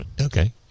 Okay